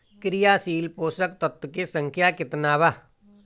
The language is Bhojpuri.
क्रियाशील पोषक तत्व के संख्या कितना बा?